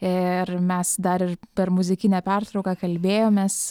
ir mes dar ir per muzikinę pertrauką kalbėjomės